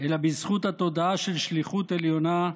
אלא בזכות התודעה של שליחות עליונה,